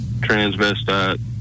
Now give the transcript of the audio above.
transvestite